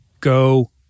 Go